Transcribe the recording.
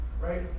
Right